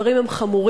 הדברים הם חמורים,